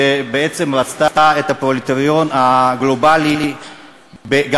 שבעצם רצתה את הפרולטריון הגלובלי גם